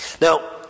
Now